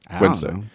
Wednesday